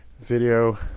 video